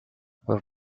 with